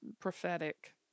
prophetic